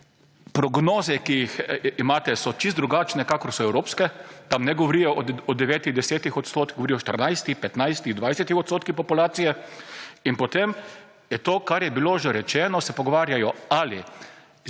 Prognoze, ki jih imate so čisto drugačne kakor so evropske. Tam ne govorijo o 9, 10 %, govorijo o 14, 15, 20 % populacije. In potem je to, kar je bilo že rečeno, se pogovarjajo ali